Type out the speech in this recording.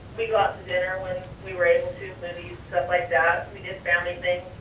we go out to dinner, when we were able to, stuff like that. we did family things,